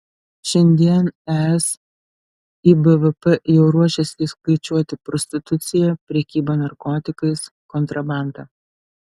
šiandien es į bvp jau ruošiasi įskaičiuoti prostituciją prekybą narkotikais kontrabandą